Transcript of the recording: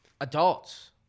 Adults